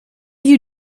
you